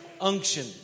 unction